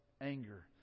anger